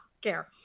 care